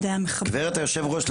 גברת היושבת ראש,